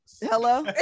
hello